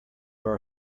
our